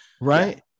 right